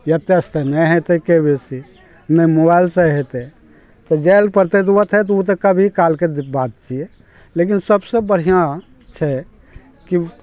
अते से तऽ नहि हेतै के बेसी नहि मोबाइल से हेतै तऽ जाइ लऽ पड़तै तऽ ओतै तऽ ओ तऽ कभी कालके बात छियै लेकिन सबसे बढ़िआँ छै कि